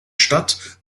stadt